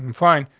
and fine.